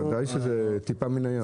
בוודאי שזו טיפה מין הים.